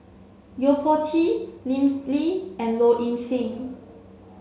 Yo Po Tee Lim Lee and Low Ing Sing